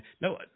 no